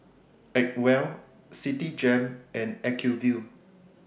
Acwell Citigem and Acuvue